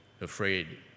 afraid